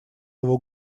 его